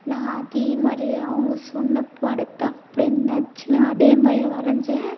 நான் அதேமாதிரியே அவங்க சொன்ன படத்தை அப்படியே நச்சுன்னு அதேமாதிரியே வரைஞ்சேன்